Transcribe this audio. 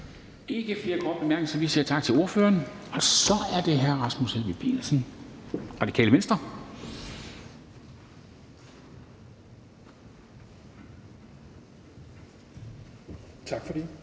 ikke flere korte bemærkninger, så vi siger tak til ordføreren. Og så er det hr. Rasmus Helveg Petersen, Radikale Venstre. Kl.